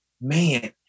man